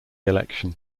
election